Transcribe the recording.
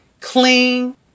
clean